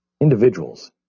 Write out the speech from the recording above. Individuals